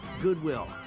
Goodwill